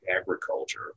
agriculture